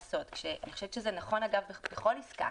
אגב, אני חושבת שזה נכון בכל עסקה: